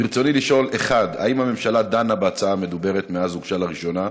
ברצוני לשאול: 1. האם הממשלה דנה בהצעה המדוברת מאז הוגשה לראשונה?